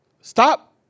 stop